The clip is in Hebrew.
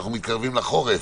שהוא שבועיים לאחר מכן.